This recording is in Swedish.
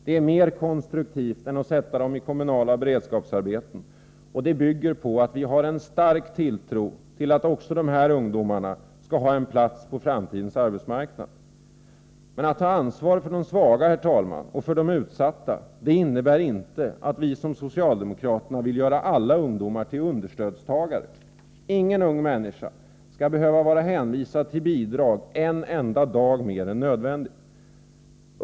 Det är mer konstruktivt än att sätta dem i kommunala beredskapsarbeten, och det bygger på att vi har en stark tilltro till att också dessa ungdomar har en plats på framtidens arbetsmarknad. Men, herr talman, att vi tar ansvar för de svaga och utsatta innebär inte att vi, som socialdemokraterna, vill göra alla ungdomar till understödstagare. Ingen ung människa skall behöva vara hänvisad till bidrag en enda dag mer än nödvändigt.